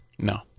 No